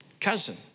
cousin